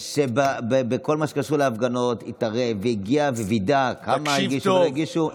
שבכל מה שקשור להפגנות התערב והגיע ווידא כמה הגישו ולא הגישו,